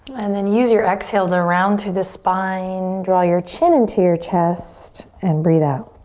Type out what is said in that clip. and then use your exhale to round through the spine. draw your chin and to your chest and breathe out.